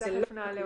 זו לא הפרקליטות,